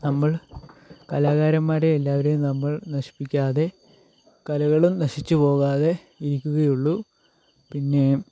നമ്മൾ കലാകാരന്മാരെ എല്ലാവരെയും നമ്മൾ നശിപ്പിക്കാതെ കലകളും നശിച്ചു പോകാതെ ഇരിക്കുകയുള്ളൂ പിന്നെ